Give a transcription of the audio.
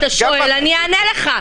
אתה שואל, אני אענה לך.